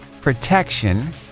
protection